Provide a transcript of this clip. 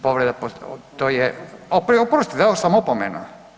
Povreda, to je, oprostite dao sam opomenu.